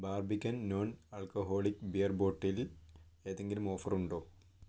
Barbican non alcoholic beer ബോട്ടിലിൽ ഏതെങ്കിലും offer ഉണ്ടോ